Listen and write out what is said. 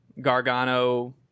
Gargano